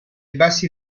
bassi